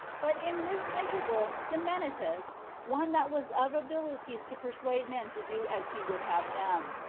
but in this interval demenetus, one that was of abilities to persuade men to do as he would have them,